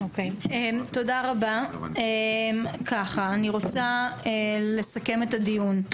אני רוצה לסכם את הדיון.